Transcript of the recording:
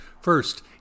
First